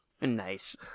Nice